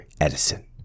Edison